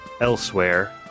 elsewhere